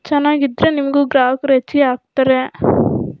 ಚೆನ್ನಾಗಿದ್ರೆ ನಿಮಗೂ ಗ್ರಾಹಕರು ಹೆಚ್ಗೆ ಆಗ್ತಾರೆ